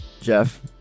Jeff